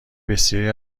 بسیاری